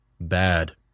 bad